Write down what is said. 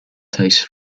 tastes